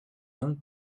donc